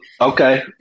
okay